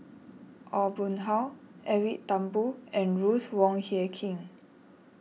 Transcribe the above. Aw Boon Haw Edwin Thumboo and Ruth Wong Hie King